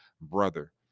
brother